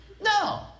No